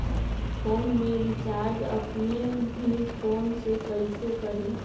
Phone में recharge अपने ही फ़ोन से कईसे करी?